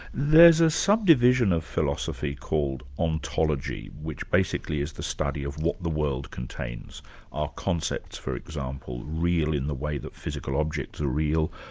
there's a subdivision of philosophy called ontology, which basically is the study of what the world contains our concepts for example, real in the way that physical objects are real,